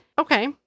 Okay